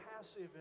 passive